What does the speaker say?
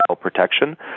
protection